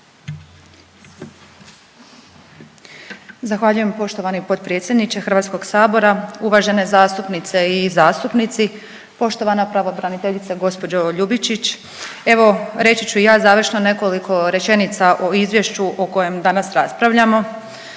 Zahvaljujem poštovani potpredsjedniče Hrvatskog sabora. Uvažene zastupnice i zastupnici, poštovana pravobraniteljice gospođo Ljubičić, evo reći ću i ja završno nekoliko rečenica o izvješću o kojem danas raspravljamo.